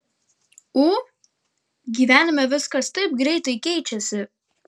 ū gyvenime viskas taip greitai keičiasi